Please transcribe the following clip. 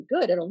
good